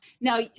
Now